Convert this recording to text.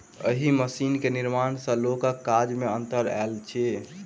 एहि मशीन के निर्माण सॅ लोकक काज मे अन्तर आयल अछि